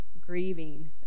grieving